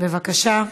11715,